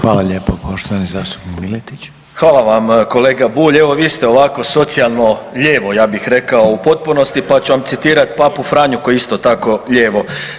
Hvala vam kolega Bulj, evo vi ste ovako socijalno lijevo ja bih rekao u potpunosti pa ću vam citirat Papu Franju koji je isto tako lijevo.